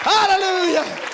Hallelujah